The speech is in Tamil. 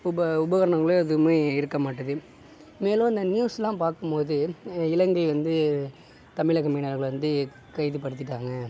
உப உபகரணங்களோ எதுவுமே இருக்க மாட்டுது மேலும் அந்த நியூஸ் எல்லாம் பார்க்கும்போது இலங்கை வந்து தமிழக மீனவர்களை வந்து கைது படுத்தி விட்டாங்க